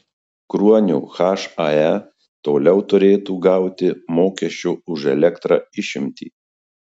kruonio hae toliau turėtų gauti mokesčio už elektrą išimtį